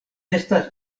estas